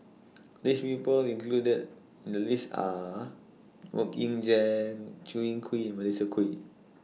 The People included The list Are Mok Ying Jang Chew Yee Kee and Melissa Kwee